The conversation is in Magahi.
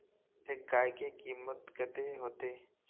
एक गाय के कीमत कते होते?